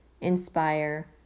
inspire